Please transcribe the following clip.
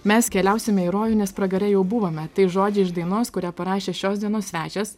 mes keliausime į rojų nes pragare jau buvome tai žodžiai iš dainos kurią parašė šios dienos svečias